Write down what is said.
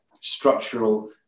structural